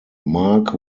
mark